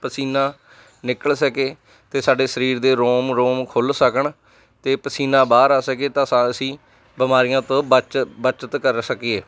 ਪਸੀਨਾ ਨਿਕਲ ਸਕੇ ਅਤੇ ਸਾਡੇ ਸਰੀਰ ਦੇ ਰੋਮ ਰੋਮ ਖੁੱਲ੍ਹ ਸਕਣ ਅਤੇ ਪਸੀਨਾ ਬਾਹਰ ਆ ਸਕੇ ਤਾਂ ਸਾ ਅਸੀਂ ਬਿਮਾਰੀਆਂ ਤੋਂ ਬਚ ਬੱਚਤ ਕਰ ਸਕੀਏ